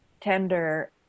tender